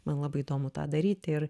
man labai įdomu tą daryt ir